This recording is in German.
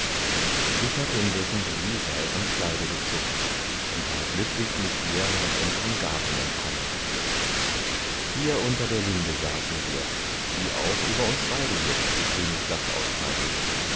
ich hatte indessen die lisei am kleide gezupft und war glücklich mit ihr nach unserem garten entkommen hier unter der linde saßen wir die auch über uns beide jetzt ihr grünes dach ausbreitet